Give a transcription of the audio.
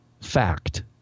Fact